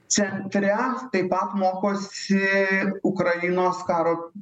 centre taip pat mokosi ukrainos karo